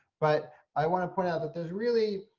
but i want to point out that there's really.